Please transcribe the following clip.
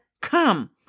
come